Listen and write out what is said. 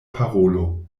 parolo